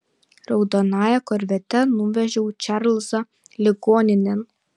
raudonąja korvete nuvežiau čarlzą ligoninėn